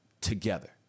together